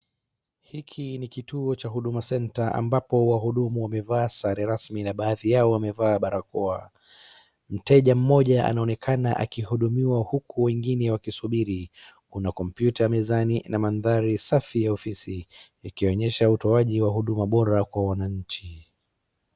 Hiki ni kituo cha Huduma center ambapo wahudumu wamevaa sare rasmi na baadhi yao wamevaa barakoa. Mteja mmoja anaonekana akihudumiwa huku wengine wakisubiri. Kuna kompyuta mezani na mandhari safi ya ofisi yakionyesha utoaji wa huduma bora kwa wananchi.